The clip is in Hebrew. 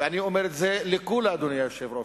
ואני אומר את זה לקולא, אדוני היושב-ראש.